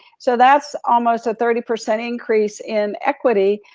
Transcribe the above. so that's almost a thirty percent increase in equity,